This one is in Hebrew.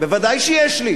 ודאי שיש לי.